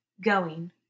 Going